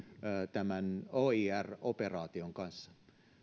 tämän oir operaation kanssa